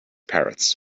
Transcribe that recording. parrots